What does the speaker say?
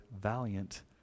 valiant